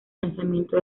lanzamiento